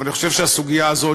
אבל אני חושב שהסוגיה הזאת,